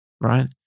right